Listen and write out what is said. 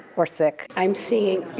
or sick. i'm seeing